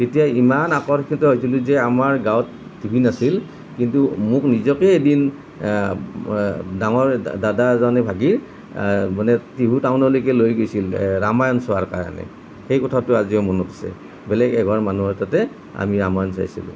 তেতিয়া ইমান আকৰ্ষিত হৈছিলোঁ যে আমাৰ গাঁৱত টিভি নাছিল কিন্তু মোক নিজকে এদিন ডাঙৰ দাদা এজনে ভাগীৰ মানে টিহু টাউনলৈকে লৈ গৈছিল ৰামায়ণ চোৱাৰ কাৰণে সেই কথাটো আজিও মনত আছে বেলেগ এঘৰ মানুহৰ তাতে আমি ৰামায়ণ চাইছিলোঁ